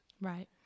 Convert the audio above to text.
Right